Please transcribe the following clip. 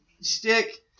stick